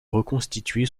reconstituée